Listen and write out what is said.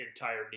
entire